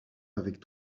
avec